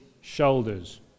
shoulders